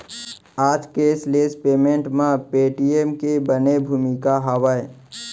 आज cashless payment म Paytm के बने भूमिका हावय